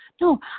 No